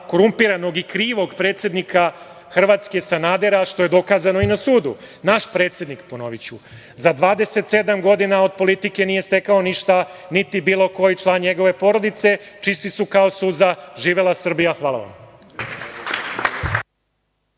korumpiranog i krivog predsednika Hrvatske, Sanadera, što je dokazano i na sudu. Naš predsednik, ponoviću, za 27 godina od politike nije stekao ništa, niti bilo koji član njegove porodice, čisti su kao suza. Živela Srbija! Hvala vam.